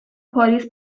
پاریس